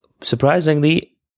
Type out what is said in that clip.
Surprisingly